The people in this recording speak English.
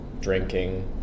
Drinking